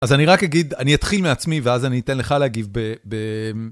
אז אני רק אגיד, אני אתחיל מעצמי ואז אני אתן לך להגיב ב...